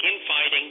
infighting